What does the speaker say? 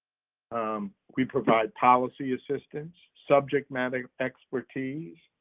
um we provide policy assistance, subject matter expertise,